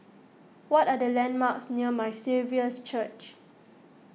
what are the landmarks near My Saviour's Church